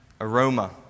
aroma